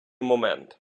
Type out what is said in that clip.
момент